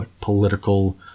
political